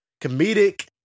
comedic